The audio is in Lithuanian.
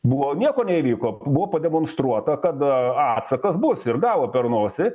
buvo nieko neįvyko buvo pademonstruota kad atsakas bus ir gavo per nosį